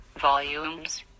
Volumes